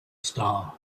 star